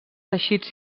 teixits